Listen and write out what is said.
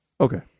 Okay